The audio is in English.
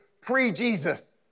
pre-Jesus